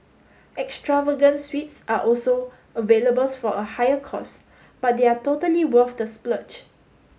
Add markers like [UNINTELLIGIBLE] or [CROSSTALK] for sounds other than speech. extravagant suites are also available [UNINTELLIGIBLE] for a higher cost but they are totally worth the splurge